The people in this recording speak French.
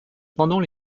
pendant